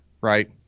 right